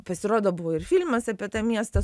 pasirodo buvo ir filmas apie tą miestą